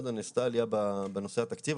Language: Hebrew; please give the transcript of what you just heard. נעשתה עלייה בנושא התקציב,